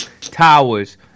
Towers